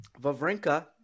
Vavrinka